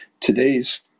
today's